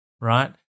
right